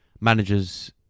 managers